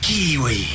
Kiwi